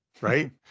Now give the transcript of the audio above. right